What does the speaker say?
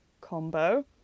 combo